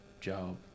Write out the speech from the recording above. job